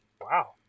Wow